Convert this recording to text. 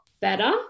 better